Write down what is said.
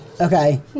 Okay